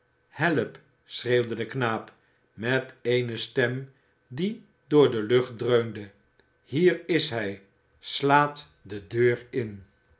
help schreeuwde de knaap met eene stem die door de lucht dreunde hier is hij slaat de deur in